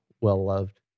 well-loved